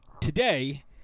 today